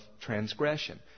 transgression